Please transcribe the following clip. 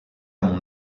mon